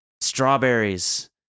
Strawberries